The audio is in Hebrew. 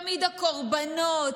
תמיד הקורבנות,